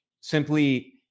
simply